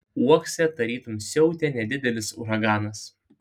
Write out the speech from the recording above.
uokse tarytum siautė nedidelis uraganas